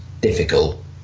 difficult